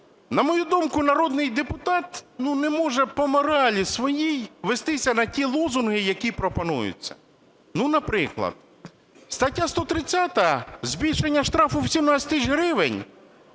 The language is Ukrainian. на мою думку, народний депутат не може по моралі своїй вестися на ті лозунги, які пропонуються. Ну, наприклад. Стаття 130 – збільшення штрафу в 17 тисяч гривень,